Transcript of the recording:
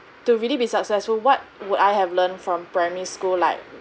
to really be successful what would I have learned from primary school like